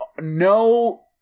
no